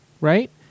right